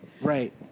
Right